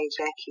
Jackie